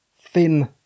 thin